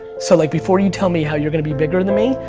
so like before you tell me how you're gonna be bigger than me,